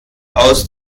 aus